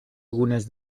algunes